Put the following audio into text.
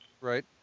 Right